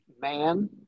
man